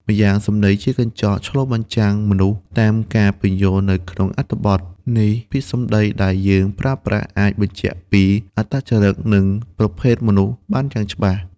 ម្យ៉ាងសម្ដីជាកញ្ចក់ឆ្លុះបញ្ចាំងមនុស្ស តាមការពន្យល់នៅក្នុងអត្ថបទនេះ ពាក្យសម្ដីដែលយើងប្រើប្រាស់អាចបញ្ជាក់ពីអត្តចរិត និងប្រភេទមនុស្សបានយ៉ាងច្បាស់។